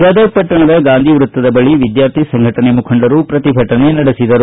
ಗದಗ್ ಪಟ್ಟಣದ ಗಾಂಧಿವೃತ್ತದ ಬಳಿ ವಿದ್ಯಾರ್ಥಿ ಸಂಘಟನೆ ಮುಖಂಡರು ಪ್ರತಿಭಟನೆ ನಡೆಸಿದರು